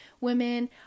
women